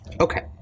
Okay